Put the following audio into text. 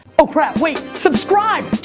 oh crap, wait, subscribe!